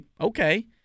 okay